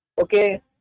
Okay